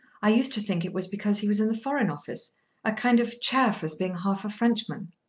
i used to think it was because he was in the foreign office a kind of chaff, as being half a frenchman.